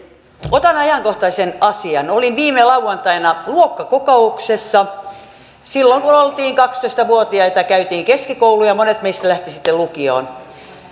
otan ajankohtaisen asian olin viime lauantaina luokkakokouksessa silloin kun oltiin kaksitoista vuotiaita käytiin keskikoulua ja ja monet meistä lähtivät sitten lukioon